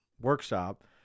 workshop